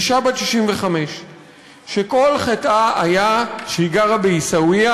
אישה בת 65 שכל חטאה היה שהיא גרה בעיסאוויה,